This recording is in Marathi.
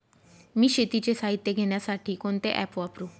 मी शेतीचे साहित्य घेण्यासाठी कोणते ॲप वापरु?